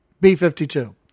B-52